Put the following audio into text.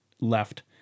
left